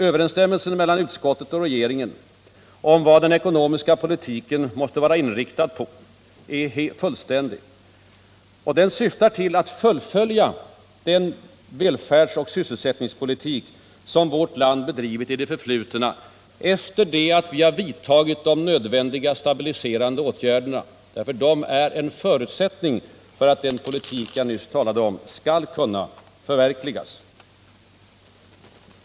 Överensstämmelsen mellan utskottet och regeringen om vad den ekonomiska politiken måste vara inriktad på är fullständig. Den syftar till att fullfölja den välfärdsoch sysselsättningspolitik som vårt land bedrivit i det förflutna — efter det att vi vidtagit de nödvändiga stabiliserande åtgärderna. Dessa är en förutsättning för att den politik jag nyss talade om skall kunna förverkligas.